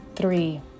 three